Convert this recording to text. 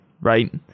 right